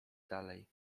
dalej